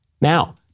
Now